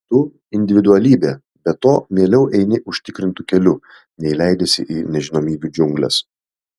tu individualybė be to mieliau eini užtikrintu keliu nei leidiesi į nežinomybių džiungles